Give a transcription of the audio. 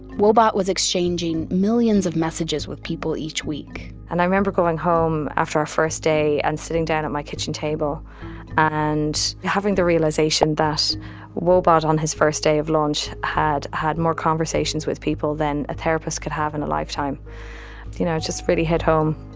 woebot was exchanging millions of messages with people each week and i remember going home after our first day and sitting down at my kitchen table and having the realization that woebot on his first day of launch, had had more conversations with people than a therapist could have in a lifetime. you know, it just really hit home